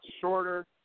shorter